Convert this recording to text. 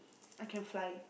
I can fly